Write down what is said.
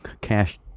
cash